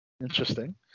Interesting